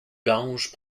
gange